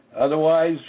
Otherwise